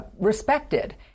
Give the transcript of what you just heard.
respected